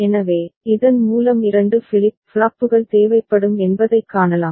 எனவே இதன் மூலம் 2 ஃபிளிப் ஃப்ளாப்புகள் தேவைப்படும் என்பதைக் காணலாம்